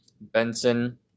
Benson